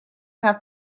have